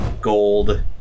gold